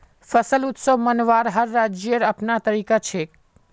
फसल उत्सव मनव्वार हर राज्येर अपनार तरीका छेक